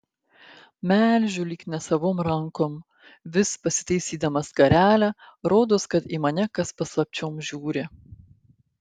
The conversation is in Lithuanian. melžiu lyg nesavom rankom vis pasitaisydama skarelę rodos kad į mane kas paslapčiom žiūri